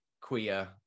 queer